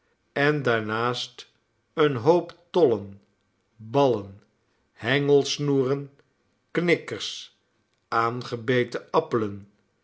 en daarnaast een hoop tollen ballen hengelsnoeren knikkers aangebeten appelen